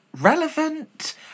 relevant